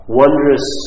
wondrous